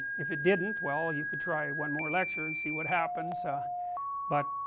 if it didn't, well you could try one more lecture and see what happens but,